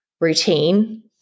routine